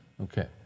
Okay